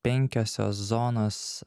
penkiosios zonos